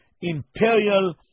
imperial